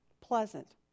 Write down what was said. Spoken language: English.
pleasant